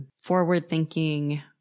forward-thinking